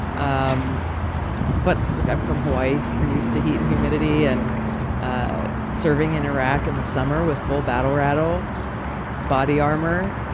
um but, look i'm from hawaii. we're used to heat and humidity, and ah serving in iraq in the summer with full battle rattle body armor